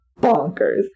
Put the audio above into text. bonkers